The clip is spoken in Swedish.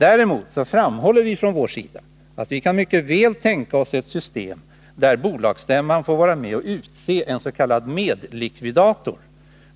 Däremot framhåller vi att vi mycket väl kan tänka oss ett system där bolagsstämman får vara med och utse en s.k. medlikvidator.